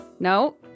No